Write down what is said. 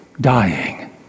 dying